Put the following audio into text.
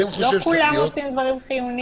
לא כולם עושים דברים חיוניים.